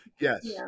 Yes